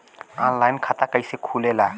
Online खाता कइसे खुलेला?